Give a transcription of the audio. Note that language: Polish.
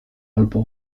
albo